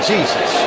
Jesus